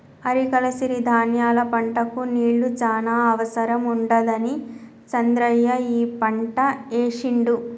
అరికల సిరి ధాన్యాల పంటకు నీళ్లు చాన అవసరం ఉండదని చంద్రయ్య ఈ పంట ఏశిండు